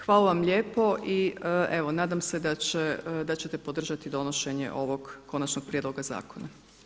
Hvala vam lijepo i nadam se da ćete podržati donošenje ovog konačnog prijedloga zakona.